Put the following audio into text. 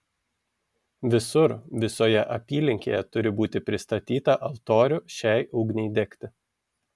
visur visoje apylinkėje turi būti pristatyta altorių šiai ugniai degti